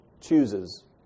chooses